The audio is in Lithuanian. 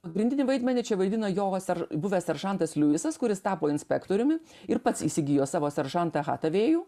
pagrindinį vaidmenį čia vaidino jovas ir buvęs seržantas liuisas kuris tapo inspektoriumi ir pats įsigijo savo seržantą hatavėjų